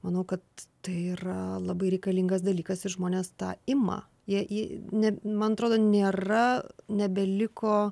manau kad tai yra labai reikalingas dalykas ir žmonės tą ima jie į ne man atrodo nėra nebeliko